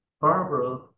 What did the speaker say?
Barbara